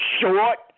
short